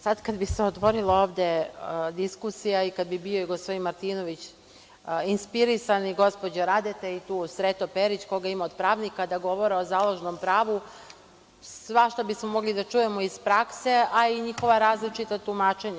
Sada kada bi se otvorila ovde diskusija i kada bi bio i gospodin Martinović inspirisan i gospođa Radeta i tu Sreto Perić, koga ima od pravnika, da govore o Založnom pravu, svašta bismo mogli da čujemo iz prakse, a i njihova različita tumačenja.